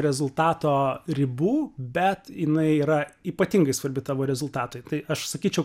rezultato ribų bet jinai yra ypatingai svarbi tavo rezultatui tai aš sakyčiau